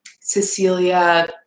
Cecilia